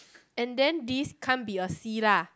and then this can't be a C lah